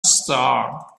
star